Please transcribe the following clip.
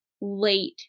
late